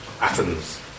Athens